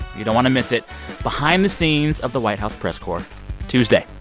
you don't want to miss it behind the scenes of the white house press corps tuesday.